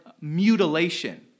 mutilation